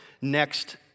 Next